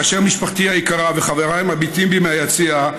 כאשר משפחתי היקרה וחבריי מביטים בי מהיציע,